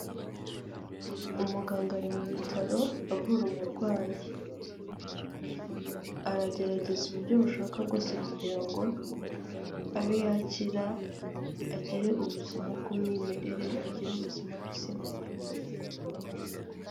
Umuganga ari mu bitaro avura umurwayi. Aragerageza uburyo bushoboka bwose kugira ngo abe yakira, agire ubuzima bw'umwimerere, agire ubuzima buzima.